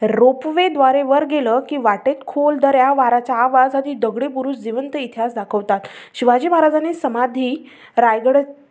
रोपवेद्वारे वर गेलं की वाटेत खोल दऱ्या वाऱ्याचा आवाज आणि दगडी बुरुज जिवंत इतिहास दाखवतात शिवाजी महाराजांनी समाधी रायगड